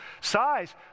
size